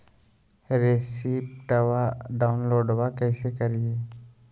रेसिप्टबा डाउनलोडबा कैसे करिए?